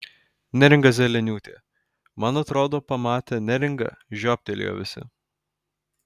neringa zeleniūtė man atrodo pamatę neringą žiobtelėjo visi